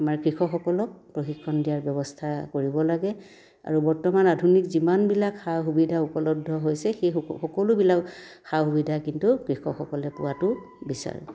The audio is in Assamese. আমাৰ কৃষকসকলক প্ৰশিক্ষণ দিয়াৰ ব্যৱস্থা কৰিব লাগে আৰু বৰ্তমান আধুনিক যিমানবিলাক সা সুবিধা উপলব্ধ হৈছে সেই সকলো সকলোবিলাক সা সুবিধা কিন্তু কৃষকসকলে পোৱাতো বিচাৰোঁ